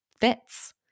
fits